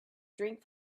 drink